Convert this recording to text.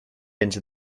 into